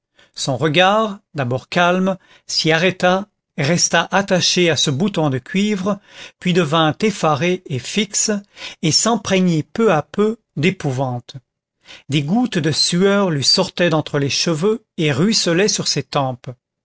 son regard d'abord calme s'y arrêta resta attaché à ce bouton de cuivre puis devint effaré et fixe et s'empreignit peu à peu d'épouvante des gouttes de sueur lui sortaient d'entre les cheveux et ruisselaient sur ses tempes